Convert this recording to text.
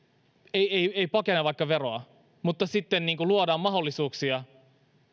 ei ei pakene vaikka veroa mutta sitten luodaan mahdollisuuksia